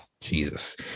jesus